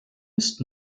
ist